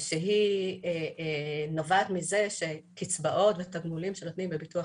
שהיא נובעת מזה שקצבאות ותגמולים שנותנים בביטוח